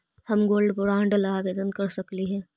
हम gold bond ला आवेदन कर सकली हे?